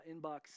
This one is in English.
inbox